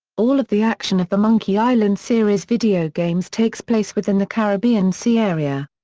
all of the action of the monkey island series videogames takes place within the caribbean sea area.